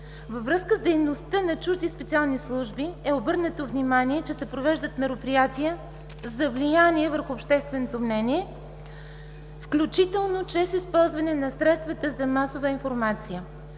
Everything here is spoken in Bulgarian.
Във връзка с дейността на чужди специални служби е обърнато внимание, че се провеждат мероприятия за влияние върху общественото мнение, включително чрез използване на средства за масова информация.